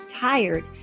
tired